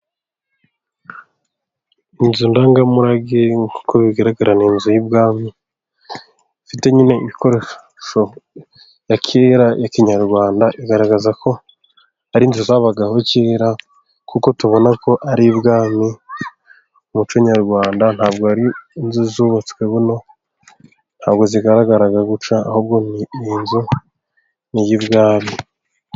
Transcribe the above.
Inzu ndangamurage nkuko bigaragara ni inzu y'ubwami, ifite nyine ibikoresho ya kera ya kinyarwanda igaragaza ko ari inzu z'abagaho kera, kuko tubona ko ari ubwami mu muco nyarwanda ntabwo ari inzu zubatswe buno, ntabwo zigaragara gutya, ahubwo ni inzu, ni iy'ibwami.